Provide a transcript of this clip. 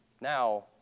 Now